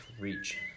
reach